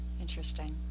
Interesting